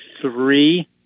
three